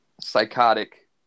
psychotic